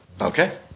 Okay